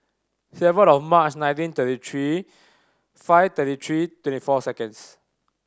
seven of March nineteen thirty three five thirty three twenty four seconds